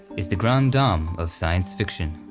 is the grande dame of science fiction,